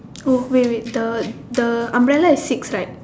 oh wait wait the umbrella is six right